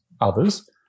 others